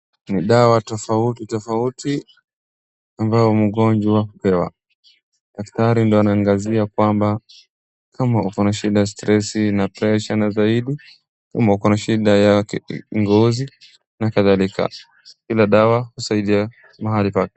Madawa tofauti tofauti ambayo mgonjwa hupewa, daktari ndo anaangazia kwamba kama uko na shida ya stresi na presha na zaidi, kama uko na shida ya kikohozi nakadhalika, hiyo dawa husaidia mahali pake.